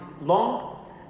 long